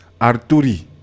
Arturi